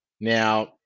Now